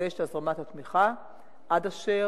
לחדש את הזרמת התמיכה עד אשר